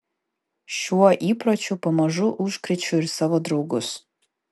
šiuo įpročiu pamažu užkrečiu ir savo draugus